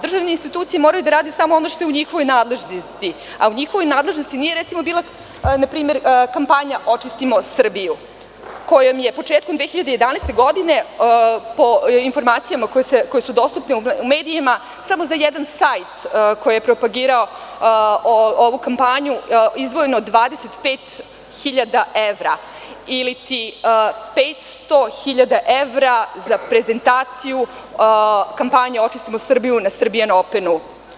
Državne institucije moraju da rade samo ono što je u njihovoj nadležnosti a u njihovoj nadležnosti nije, recimo, bila npr, kampanja – „Očistimo Srbiju“, kojom je početkom 2011. godine, po informacijama koje su dostupne u medijima samo za jedan sajt koji je propagirao ovu kampanju, izdvojeno 25.000 evra ili 500.000 evra za prezentaciju kampanje – „Očistimo Srbiju“ na „Srbija openu“